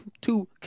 two